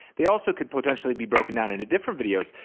they also could potentially be broken down into different videos.